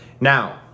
Now